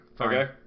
okay